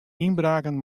ynbraken